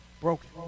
Broken